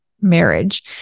marriage